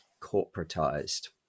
corporatized